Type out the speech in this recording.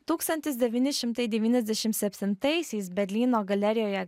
tūkstantis devyni šimtai devyniasdešim septintaisiais berlyno galerijoje